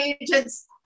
agents